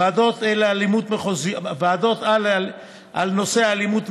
מחוזיות על נושא אלימות,